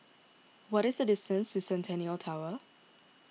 what is the distance to Centennial Tower